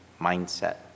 mindset